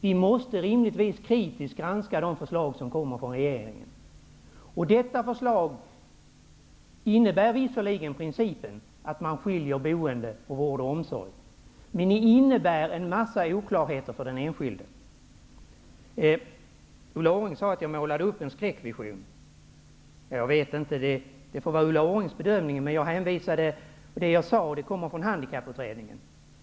Vi måste rimligtvis kritiskt granska de förslag som kommer från regeringen, och detta förslag innebär visserligen principiellt att man skiljer boende från vård och omsorg, men det innebär en mängd oklarheter för den enskilde. Ulla Orring sade att jag målade upp en skräckvision. Det må vara Ulla Orrings bedömning, men det som jag sade kom från Handikapputredningen.